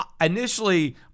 Initially